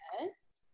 Yes